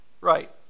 right